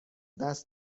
دست